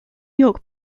york